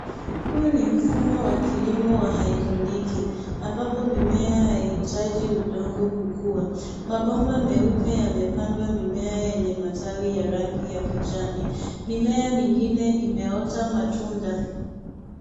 Huu ni mfumo wa kilimo wa haidroponiki ambapo mimea haihitaji udongo kukua. Mabomba meupe yamepangwa mimea yenye matawi ya rangi ya kijani. Mimea mingine imeota tunda.